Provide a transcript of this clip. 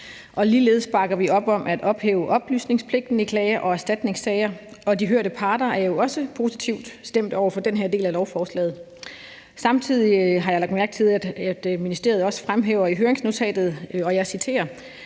Ligeledes bakker vi op om at ophæve oplysningspligten i klage- og erstatningssager, og de hørte parter er jo også positivt stemt over for den her del af lovforslaget. Samtidig har jeg lagt mærke til, at ministeriet også i høringsnotatet fremhæver, og jeg citerer: